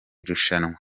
rushanwa